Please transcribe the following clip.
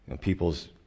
People's